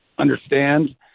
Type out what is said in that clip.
understand